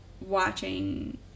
watching